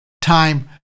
time